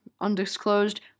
undisclosed